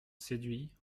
séduit